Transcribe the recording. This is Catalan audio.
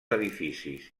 edificis